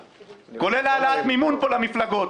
כולל העלאת מימון פה למפלגות